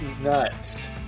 Nuts